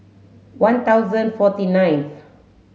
one thousand forty ninth